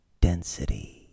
Density